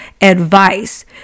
advice